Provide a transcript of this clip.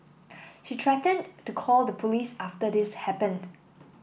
she threatened to call the police after this happened